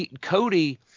Cody